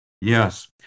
Yes